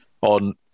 on